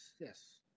yes